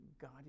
God